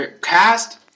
cast